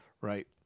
right